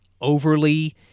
overly